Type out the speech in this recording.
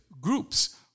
groups